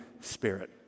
Spirit